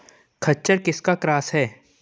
खच्चर किसका क्रास है?